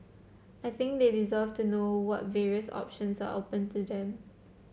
I think they deserve to know what various options are open to them